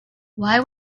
why